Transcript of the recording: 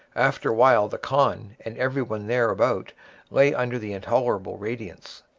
afterwhile the khan and everything thereabout lay under the intolerable radiance.